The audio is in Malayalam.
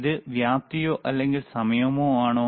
ഇത് വ്യാപ്തിയോ അല്ലെങ്കിൽ സമയമോ ആണോ